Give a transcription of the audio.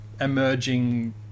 Emerging